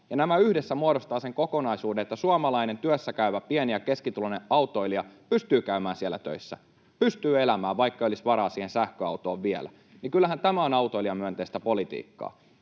nämä yhdessä muodostavat sen kokonaisuuden, että suomalainen työssäkäyvä pieni- ja keskituloinen autoilija pystyy käymään töissä, pystyy elämään, vaikka ei olisi varaa siihen sähköautoon vielä. Kyllähän tämä on autoilijamyönteistä politiikkaa.